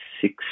six